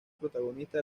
protagonista